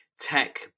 tech